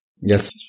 Yes